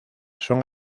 son